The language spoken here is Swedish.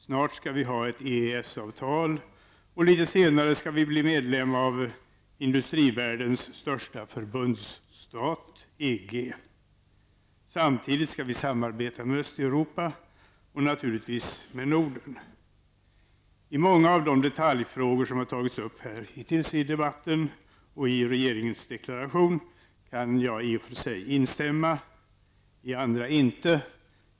Snart skall vi ha ett EES-avtal, och litet senare skall vi bli medlem av industrivärldens största förbundsstat EG. Samtidigt skall vi samarbeta med Östeuropa och naturligtvis med I många av de detaljfrågor som har tagits upp hittills i debatten och i regeringens deklaration kan jag i och för sig instämma, i andra inte.